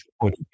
point